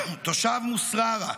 תושב מוסררה,